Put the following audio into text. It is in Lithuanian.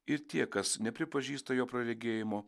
ir tie kas nepripažįsta jo praregėjimo